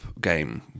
game